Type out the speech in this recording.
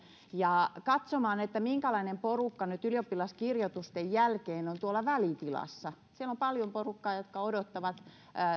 ja katsomaan minkälainen porukka nyt ylioppilaskirjoitusten jälkeen on tuolla välitilassa siellä on paljon porukkaa joka odottaa